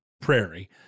prairie